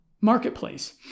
marketplace